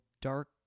dark